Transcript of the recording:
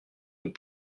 nous